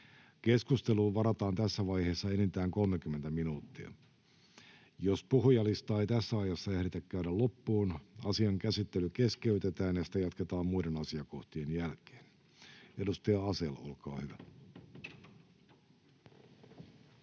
Keskusteluun varataan tässä vaiheessa enintään 30 minuuttia. Jos puhujalistaa ei tässä ajassa ehditä käydä loppuun, asian käsittely keskeytetään ja sitä jatketaan muiden asiakohtien jälkeen. — Edustaja Asell, olkaa hyvä.